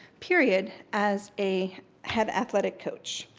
period, as a head athletic coach.